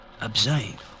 observe